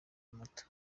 moto